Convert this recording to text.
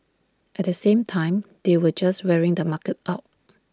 at the same time they were just wearing the market out